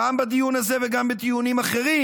גם בדיון הזה וגם בדיונים אחרים,